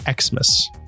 Xmas